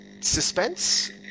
suspense